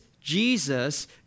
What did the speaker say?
Jesus